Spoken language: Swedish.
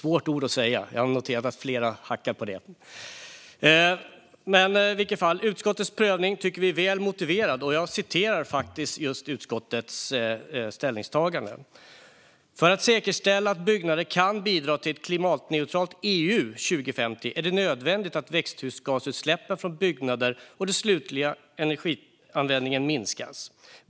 Vi tycker att utskottets prövning är väl motiverad. Jag ska läsa ur utskottets ställningstagande. "För att säkerställa att byggnader kan bidra till ett klimatneutralt EU 2050 är det nödvändigt att växthusgasutsläppen från byggnader och den slutliga energianvändningen minskas.